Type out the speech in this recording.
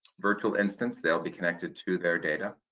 virtual instance they'll be connected to their data